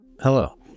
Hello